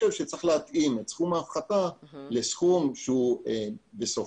צריך להתאים את סכום ההפחתה לסכום שלוקח